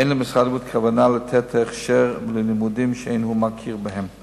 אין למשרד כוונה לתת הכשר ללימודים שאין הוא מכיר בהם.